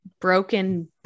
broken